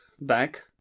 back